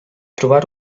trobar